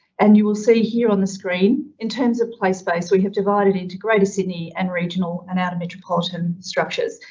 and you will see here on the screen in terms of place space, we have divided into greater sydney and regional and outer metropolitan structures.